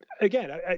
again